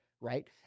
right